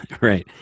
Right